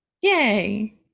Yay